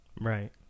Right